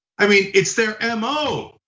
i mean, it's their and mo,